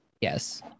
Yes